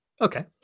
okay